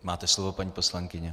Máte slovo, paní poslankyně.